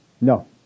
No